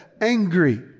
angry